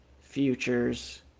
futures